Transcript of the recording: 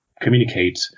communicate